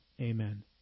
Amen